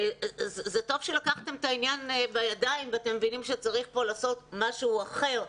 זה טוב שלקחתם את העניין בידיים ואתם מבינים שצריך פה לעשות משהו אחר,